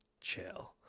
chill